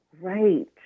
Right